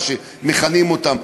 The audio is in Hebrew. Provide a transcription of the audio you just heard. מה שמכנים אותם,